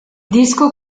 disco